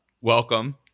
Welcome